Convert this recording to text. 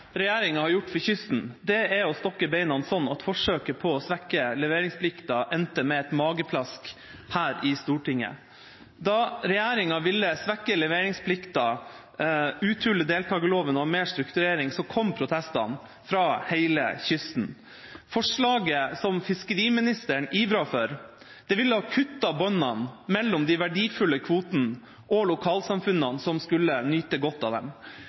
å stokke beina sånn at forsøket på å svekke leveringsplikta endte med et mageplask her i Stortinget. Da regjeringen ville svekke leveringsplikta, uthule deltakerloven og ha mer strukturering, kom protestene fra hele kysten. Forslaget som fiskeriministeren ivret for, ville ha kuttet båndene mellom de verdifulle kvotene og lokalsamfunnene som skulle nyte godt av dem.